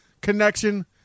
connection